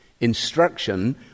Instruction